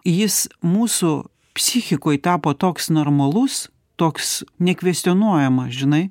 jis mūsų psichikoj tapo toks normalus toks nekvestionuojamas žinai